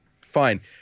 fine